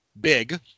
big